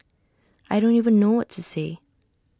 I don't even know what to say